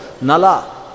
Nala